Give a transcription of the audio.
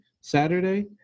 Saturday